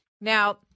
Now